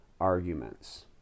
arguments